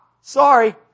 sorry